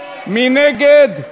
מי נגד?